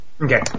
Okay